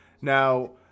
Now